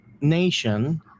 nation